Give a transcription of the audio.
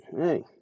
hey